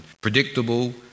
predictable